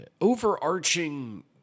overarching